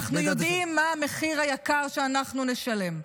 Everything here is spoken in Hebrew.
אנחנו יודעים מה המחיר היקר שאנחנו נשלם.